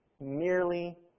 merely